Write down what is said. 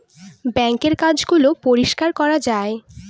বাঙ্কের কাজ গুলো পরিষ্কার করা যায়